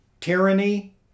tyranny